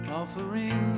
offering